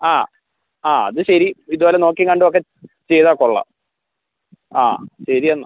ആ ആ അത് ശരി ഇതുപോലെ നോക്കിയും കണ്ടും ഒക്കെ ചെയ്താൽ കൊള്ളാം ആ ശരി എന്നാൽ